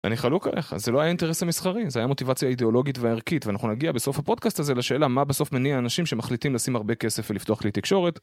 אני חלוק עליך, זה לא היה האינטרס המסחרי, זה היה מוטיבציה אידיאולוגית והערכית, ואנחנו נגיע בסוף הפודקאסט הזה לשאלה מה בסוף מניע אנשים שמחליטים לשים הרבה כסף ולפתוח כלי תקשורת.